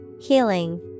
Healing